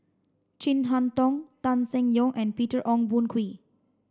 Chin Harn Tong Tan Seng Yong and Peter Ong Boon Kwee